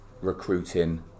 recruiting